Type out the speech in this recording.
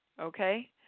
okay